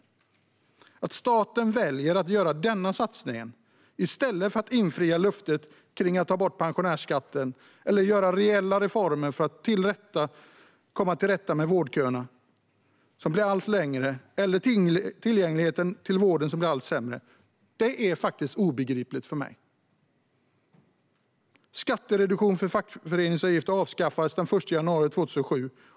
Det är obegripligt för mig att staten väljer att göra denna satsning i stället för att infria löftet om att ta bort pensionärsskatten. Man hade också kunnat göra reella reformer för att komma till rätta med de vårdköer som blir allt längre eller göra något åt tillgängligheten till vården som blir allt sämre. Skattereduktion för fackföreningsavgifter avskaffades den 1 januari 2007.